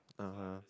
(uh huh)